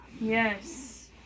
Yes